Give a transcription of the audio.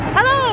Hello